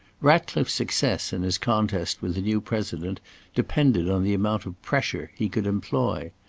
ratcliffe's success in his contest with the new president depended on the amount of pressure he could employ.